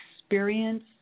experience